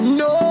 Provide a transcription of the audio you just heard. no